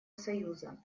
союза